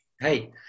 Hey